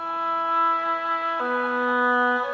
i